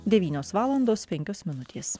devynios valandos penkios minutės